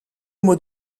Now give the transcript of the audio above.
mot